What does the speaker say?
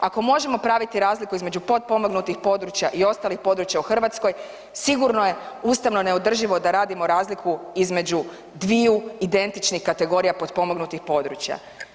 Ako možemo praviti razliku između potpomognutih područja i ostalih područja u Hrvatskoj, sigurno je ustavno neodrživo da radimo razliku između dviju identičnih kategorija potpomognutih područja.